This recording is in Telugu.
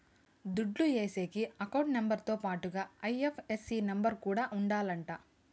దుడ్లు ఏసేకి అకౌంట్ నెంబర్ తో పాటుగా ఐ.ఎఫ్.ఎస్.సి నెంబర్ కూడా ఉండాలంట